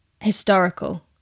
historical